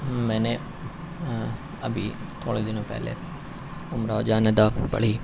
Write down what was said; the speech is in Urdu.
میں نے ابھی تھوڑے دنوں پہلے امراؤ جان ادا پڑھی